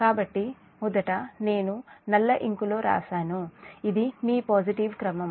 కాబట్టి మొదట నేను నల్ల ఇన్క్ లో రాశాను ఇది మీ పాజిటివ్ క్రమం